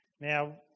Now